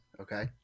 Okay